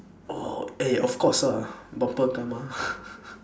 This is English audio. oh eh of course ah bumper car mah